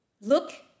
Look